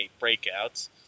breakouts